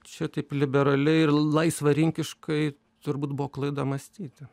čia taip liberaliai ir laisvarinkiškai turbūt buvo klaida mąstyti